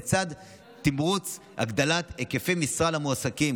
לצד תמרוץ הגדלת היקפי משרה למועסקים,